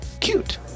cute